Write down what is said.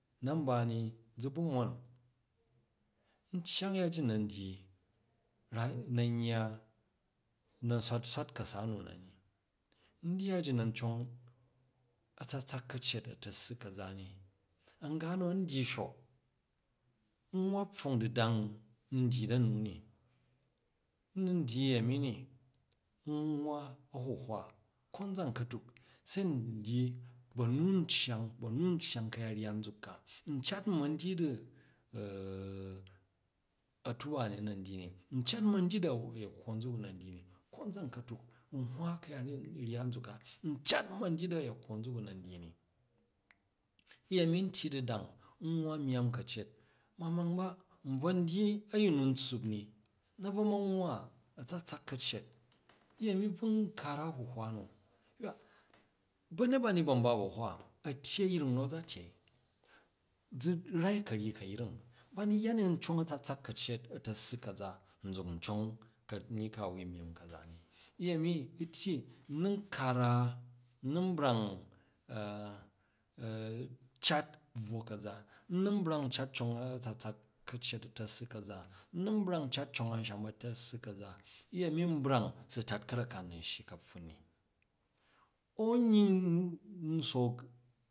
Nan ba ni zu bu̱ moni n cyang yan ji nan dyyi, ram nan yya, nan swat swatka̱sa nu̱ na ni, n dyyi yyaji nan cong a̱tsatsak ka̱ccet a̱tassu ka̱za ni, a̱nga nu a̱n dygi shok nwwa pfong du̱dang ndyyi da nu ni, n nun dyyi uyemi ni, n nwwa a̱huhwa, konzan ka̱tuk se ndyyi, ba̱ nu n cyang ba̱ nun syang ka̱yat ryya nzuk ka, ncat n ma̱n dyyi di a̱tuba a̱nt na̱n dyyi ni ncat n ma̱n dyyi di a̱yekkwo nzuku nan dyyi, konzam ka̱tuk n hwa ka̱yat ryya nzuk ka, n cat n man dyyi de a̱yekkwo nzuk u̱ na̱n dyyi ni, uyenu ntyyi du̱dang n muwa myamm ka̱cat, mamang ba n bcon dyyi a̱yin na n tsuup ni na bvo ma̱n nwwa a̱tsatsak ka̱ccet, uyemi n bva n kara a̱huhwa na, hywa ba̱nyet ba ni ban ba̱ ba̱hwa a̱tyyi a̱yring nu̱ a̱ za tyei, zu rai ka̱ ryyi ka̱yring ba nu yya ni an cong a̱tsatsak ka̱ccet a̱ta̱ssu ka̱za nzuk n cong ka̱nyyi ka a wui myimm ka̱za ni, uyemi u̱ tyyi u̱ nan kara, u nun brang cat bvwo ka̱za, u̱ nu̱n brang cat cong a̱tsatsak ka̱ccet a̱ta̱ssa ka̱za u nun brang cat cong at a̱nsham a̱ta̱ssu kaza u nun brang cat cong at a̱nsham a̱ta̱ssu ka̱za u̱yemi n brang su tat ka̱rak ka u̱ nu̱n shyi ka̱pffun ni, au nyin n sook.